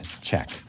check